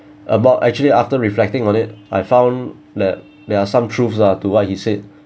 about actually after reflecting on it I found that there are some truths lah to what he said